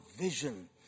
vision